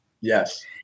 Yes